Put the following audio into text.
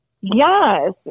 Yes